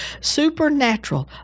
Supernatural